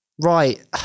Right